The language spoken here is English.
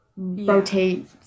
rotate